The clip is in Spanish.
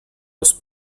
los